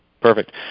Perfect